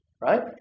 Right